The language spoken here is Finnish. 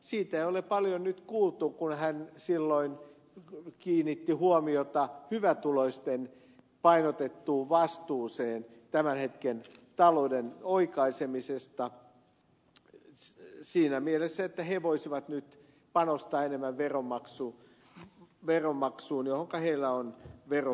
siitä ei ole paljon nyt kuultu kun hän silloin kiinnitti huomiota hyvätuloisten painotettuun vastuuseen tämän hetken talouden oikaisemisesta siinä mielessä että he voisivat nyt panostaa enemmän veronmaksuun johonka heillä on veropohjaa